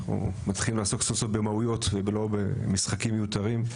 מתחילים לעסוק סוף סוף במהויות ולא רק במשחקים מיותרים.